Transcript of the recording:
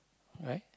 right